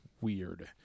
weird